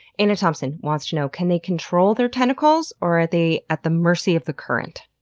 anna thompson wants to know can they control their tentacles or are they at the mercy of the current?